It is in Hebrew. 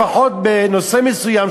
לפחות בנושא מסוים,